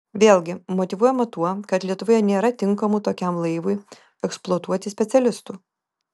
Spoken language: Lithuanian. vėlgi motyvuojama tuo kad lietuvoje nėra tinkamų tokiam laivui eksploatuoti specialistų